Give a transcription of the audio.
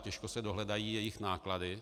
Těžko se dohledají jejich náklady.